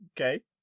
Okay